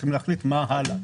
מה הלאה,